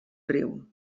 riu